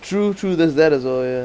true true that's that is oh ya